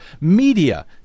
media